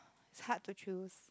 it's hard to choose